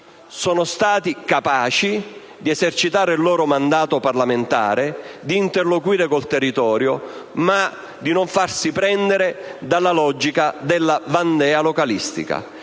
Sono stati capaci di esercitare il loro mandato parlamentare, di interloquire con il territorio, ma di non farsi prendere dalla logica della vandea localistica.